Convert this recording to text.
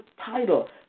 title